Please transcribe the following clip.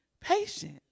patient